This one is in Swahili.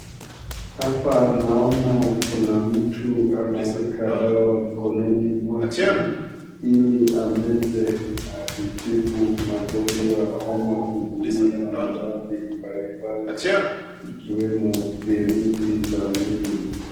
Hapa naona kuna mtu anaweka dawa mkononi mwake, iliameze na kutibu magonjwa ya homa ama kuzuia maradhi mbalimbali ikiweko virusi vya mwili.